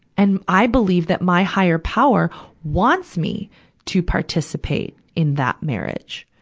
and i believe that my higher power wants me to participate in that marriage.